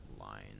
line